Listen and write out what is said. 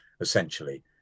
essentially